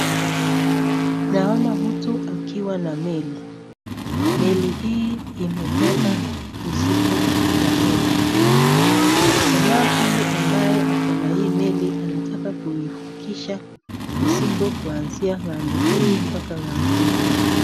Naona mtu akiwa na meli. Meli hii imebeba msiko ya nyumba. Jamaa huyu ambaye ako na hii meli anataka kuivukisha misiko kuanzia ng'ambo hii mpaka ng'ambo ile.